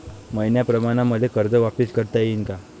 मईन्याप्रमाणं मले कर्ज वापिस करता येईन का?